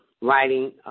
writing